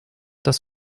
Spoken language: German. das